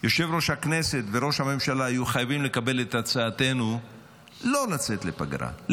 יושב-ראש הכנסת וראש הממשלה היו חייבים לקבל את הצעתנו לא לצאת לפגרה,